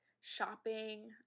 shopping